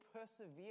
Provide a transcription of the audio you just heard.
persevere